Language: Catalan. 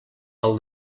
pel